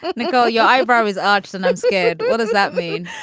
but and go. your eyebrows arched. and looks good. what does that mean?